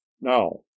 Now